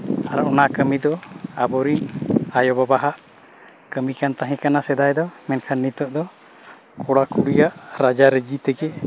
ᱟᱨ ᱚᱱᱟ ᱠᱟᱹᱢᱤ ᱫᱚ ᱟᱵᱚ ᱨᱮᱱ ᱟᱭᱳᱼᱵᱟᱵᱟᱣᱟᱜ ᱠᱟᱹᱢᱤ ᱠᱟᱱ ᱛᱟᱦᱮᱸ ᱠᱟᱱᱟ ᱥᱮᱫᱟᱭ ᱫᱚ ᱢᱮᱱᱠᱷᱟᱱ ᱱᱤᱛᱚᱜ ᱫᱚ ᱠᱚᱲᱟᱼᱠᱩᱲᱤᱭᱟᱜ ᱨᱟᱡᱟ ᱼᱨᱟᱹᱡᱤ ᱛᱮᱜᱮ